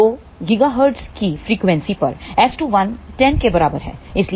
2 GHz की frequency पर S21 10 के बराबर है